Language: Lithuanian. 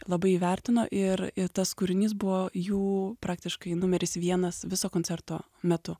labai įvertino ir ir tas kūrinys buvo jų praktiškai numeris vienas viso koncerto metu